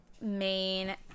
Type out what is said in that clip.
main